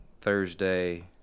Thursday